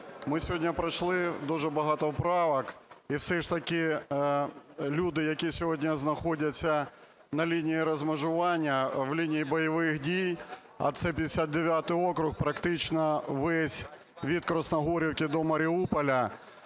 Ми сьогодні пройшли дуже багато правок, і все ж таки люди, які сьогодні знаходяться на лінії розмежування в лінії бойових дій, а це 59 округ практично весь, від Красногорівки до Маріуполя,